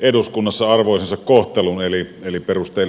eduskunnassa arvoisensa kohtelun eli perusteellisen käsittelyn